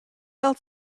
else